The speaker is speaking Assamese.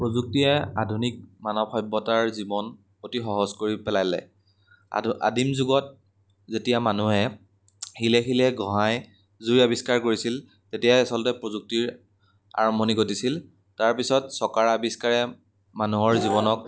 প্ৰযুক্তিয়ে আধুনিক মানৱ সভ্যতাৰ জীৱন অতি সহজ কৰি পেলালে আৰু আদিম যুগত যেতিয়া মানুহে শিলে শিলে ঘঁহাই জুইৰ আৱিষ্কাৰ কৰিছিল তেতিয়াই আচলতে প্ৰযুক্তিৰ আৰম্ভণি ঘটিছিল তাৰপিছত চকাৰ আৱিষ্কাৰে মানুহৰ জীৱনক